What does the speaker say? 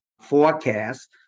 forecast